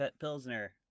Pilsner